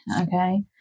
Okay